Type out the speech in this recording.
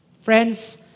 Friends